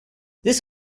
this